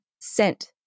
scent